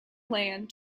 land